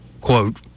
Quote